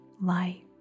light